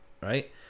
right